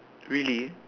really